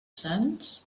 sants